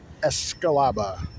Escalaba